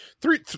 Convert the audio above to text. three